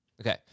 Okay